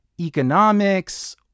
economics